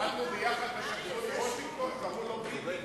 כשעבדנו ביחד בשגרירות בוושינגטון קראו לו ביבי.